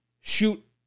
shoot